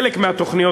חלק מהתוכניות,